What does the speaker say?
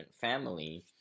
family